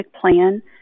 plan